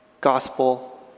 gospel